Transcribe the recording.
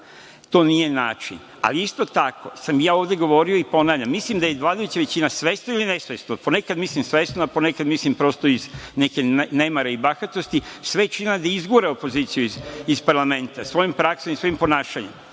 To nije način. Ali, isto tako sam ja ovde govorio, i ponavljam, mislim da je vladajuća većina svesno ili nesvesno, ponekad mislim svesno, a ponekad mislim prosto iz nekog nemara i bahatosti, sve činila da izgura opoziciju iz parlamenta svojom praksom i svojim ponašanjem,